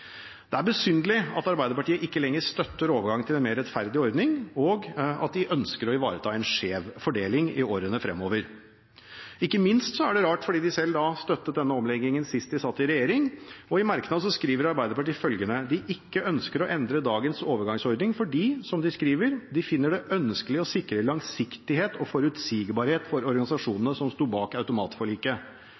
Det er besynderlig at Arbeiderpartiet ikke lenger støtter overgang til en mer rettferdig ordning, og at de ønsker å ivareta en skjev fordeling i årene fremover. Ikke minst er det rart fordi de støttet denne omlegging sist de selv satt i regjering. I merknad skriver Arbeiderpartiet at de ikke ønsker å endre dagens overgangsordning fordi de finner det «ønskelig å sikre langsiktighet og forutsigbarhet for organisasjonene som stod bak automatforliket».